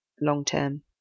long-term